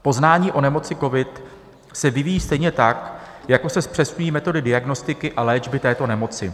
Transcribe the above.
Poznání o nemoci covid se vyvíjí stejně tak, jako se zpřesňují metody diagnostiky a léčby této nemoci.